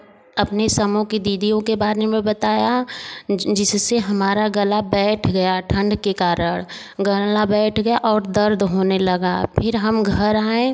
अपने समूह की दीदीयों के बारे में बताया जिससे हमारा गला बैठ गया ठंड के कारण गला बैठ गया और दर्द होने लगा फिर हम घर आए